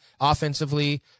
offensively